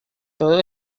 todo